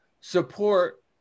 support